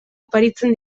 oparitzen